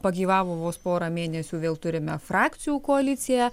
pagyvavo vos porą mėnesių vėl turime frakcijų koaliciją